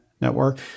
network